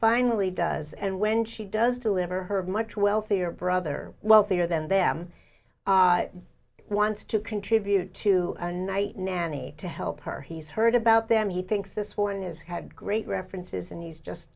finally does and when she does deliver her much wealthier brother wealthier than them wants to contribute to a night nanny to help her he's heard about them he thinks this one has had great references and he's just